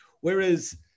Whereas